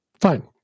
Fine